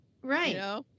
Right